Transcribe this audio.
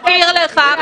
להסביר לך,